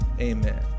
Amen